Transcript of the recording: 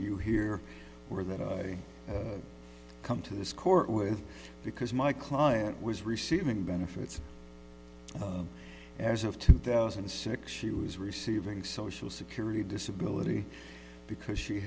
you hear or that i come to this court with because my client was receiving benefits as of two thousand and six she was receiving social security disability because she